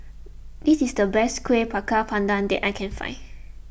this is the best Kuih Bakar Pandan that I can find